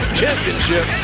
championship